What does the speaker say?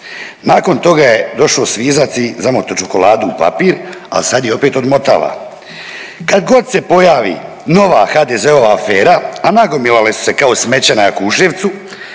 Nakon toga je došo svizac i zamoto čokoladu u papir, al sad je opet odmotava. Kadgod se pojavi nova HDZ-ova afera, a nagomilale su se kao smeće na Jakuševcu